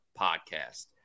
podcast